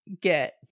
get